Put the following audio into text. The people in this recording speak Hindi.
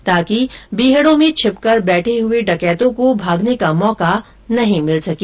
ताकि बीहडों में छिप कर बैठे हुए डकैतों को भागने का मौका नहीं मिल सके